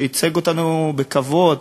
שייצג אותנו בכבוד,